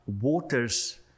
waters